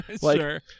Sure